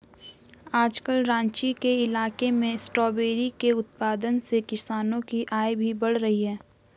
आजकल राँची के इलाके में स्ट्रॉबेरी के उत्पादन से किसानों की आय भी बढ़ रही है